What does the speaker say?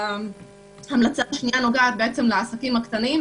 ההמלצה השנייה נוגעת לעסקים הקטנים.